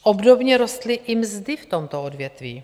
Obdobně rostly i mzdy v tomto odvětví.